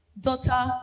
daughter